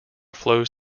flows